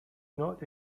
not